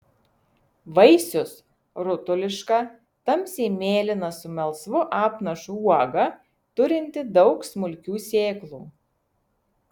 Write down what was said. vaisius rutuliška tamsiai mėlyna su melsvu apnašu uoga turinti daug smulkių sėklų